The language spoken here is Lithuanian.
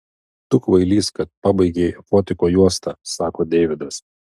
tu kvailys kad pabaigei fotiko juostą sako deividas